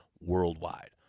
worldwide